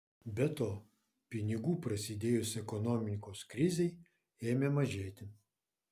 be to pinigų prasidėjus ekonomikos krizei ėmė mažėti